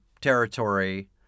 territory